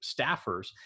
staffers